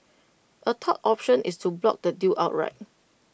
A third option is to block the deal outright